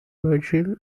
virgil